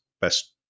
best